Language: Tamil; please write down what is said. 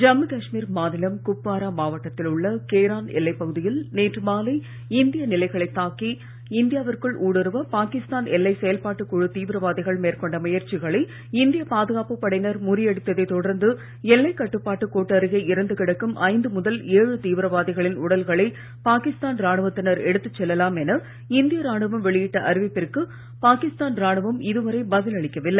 ஜம்மு காஷ்மீர் மாநிலம் குப்வாரா மாவட்டத்தில் உள்ள கேரான் எல்லைப் பகுதியில் நேற்று மாலை இந்திய நிலைகளைத் தாக்கி இந்தியாவிற்குள் ஊடுருவ பாகிஸ்தானின் எல்லை செயல்பாட்டு குழுத் தீவிரவாதிகள் மேற்கொண்ட முயற்சிகளை இந்திய பாதுகாப்பு படையினர் முறியடித்ததைத் தொடர்ந்து எல்லைக் கட்டுப்பாட்டு கோட்டருகே இறந்து கிடக்கும் ஐந்து முதல் ஏழு தீவிரவாதிகளின் உடல்களை பாகிஸ்தான் ராணுவத்தினர் எடுத்துச் செல்லலாம் என இந்திய ராணுவம் வெளியிட்ட அறிவிப்பிற்கு பாகிஸ்தான் ராணுவம் இதுவரை பதில் அளிக்கவில்லை